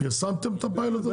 פרסמתם את הפיילוט הזה?